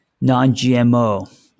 non-GMO